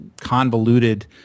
convoluted